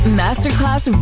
masterclass